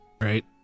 right